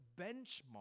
benchmark